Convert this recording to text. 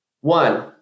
One